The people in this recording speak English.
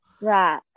Right